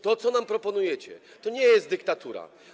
To, co nam proponujecie, to nie jest dyktatura.